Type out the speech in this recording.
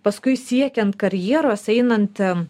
paskui siekiant karjeros einant